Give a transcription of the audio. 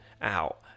out